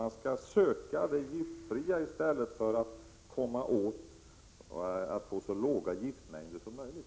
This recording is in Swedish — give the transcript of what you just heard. Man skall söka det giftfria i stället för att försöka åstadkomma så små giftmängder som möjligt.